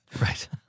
right